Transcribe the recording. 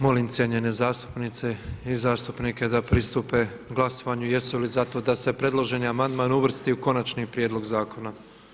Molim cijenjene zastupnice i zastupnike da pristupe glasovanju jesu li za to da se predloženi amandman uvrsti u Konačni prijedlog zakona?